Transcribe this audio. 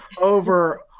over